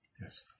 Yes